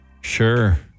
Sure